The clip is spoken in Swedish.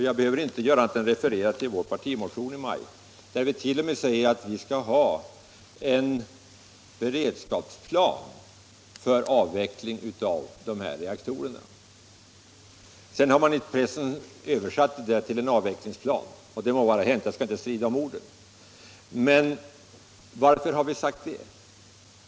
Jag behöver inte göra mera än att referera till vår partimotion i maj, där vi har anfört att vi vill ha en beredskapsplan för avveckling av de här reaktorerna. Sedan har man i pressen översatt detta till en avvecklingsplan —- och det må vara hänt; jag skall inte strida om ordet. Men varför har vi sagt det?